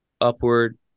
upward